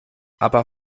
aber